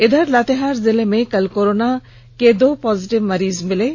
इधर लातेहार जिले में कल कोरोना का दो पॉजिटिव मरीज मिले है